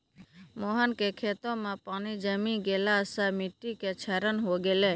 मोहन के खेतो मॅ पानी जमी गेला सॅ मिट्टी के क्षरण होय गेलै